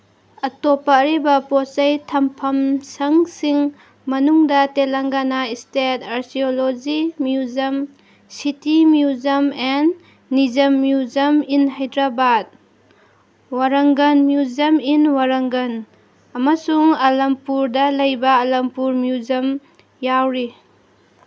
ꯑꯇꯣꯞꯄ ꯑꯔꯤꯕ ꯄꯣꯠ ꯆꯩ ꯊꯝꯐꯝꯁꯪꯁꯤꯡ ꯃꯅꯨꯡꯗ ꯇꯦꯂꯪꯒꯅꯥ state archaeology museum city museum and Nizam museum in Hyderabad Warangal museum in Warangal ꯑꯃꯁꯨꯡ ꯑꯂꯥꯝꯄꯨꯔꯗ ꯂꯩꯕ ꯑꯂꯝꯄꯨꯔ ꯃ꯭ꯌꯨꯖꯝ ꯌꯥꯎꯔꯤ